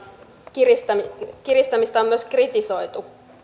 kiristämistä on myös kritisoitu